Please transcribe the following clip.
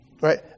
right